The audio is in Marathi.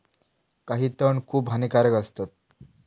काही तण खूप हानिकारक असतत